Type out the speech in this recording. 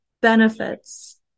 benefits